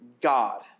God